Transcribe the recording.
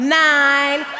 nine